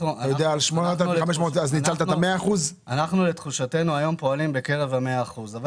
אנחנו לתחושתנו פועלים היום בקרב 100% מהם,